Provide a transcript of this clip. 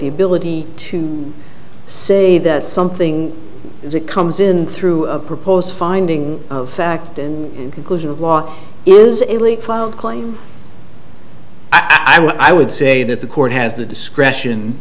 the ability to say that something that comes in through a proposed finding of fact in conclusion of law is a claim i would say that the court has the discretion